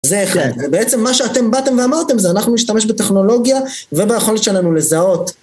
זה אחד, בעצם מה שאתם באתם ואמרתם זה אנחנו נשתמש בטכנולוגיה וביכולת שלנו לזהות.